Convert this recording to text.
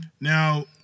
Now